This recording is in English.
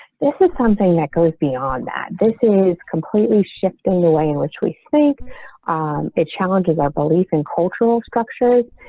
this is something that goes beyond that. this is completely shifting the way in which we think it challenges our belief in cultural structures,